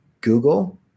Google